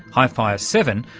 hifire seven,